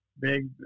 big